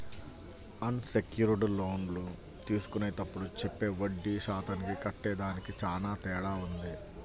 అన్ secured లోన్లు తీసుకునేప్పుడు చెప్పే వడ్డీ శాతానికి కట్టేదానికి చానా తేడా వుంటది